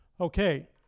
Okay